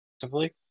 simply